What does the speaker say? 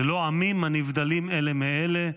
ללא עמים הנבדלים אלה מאלה?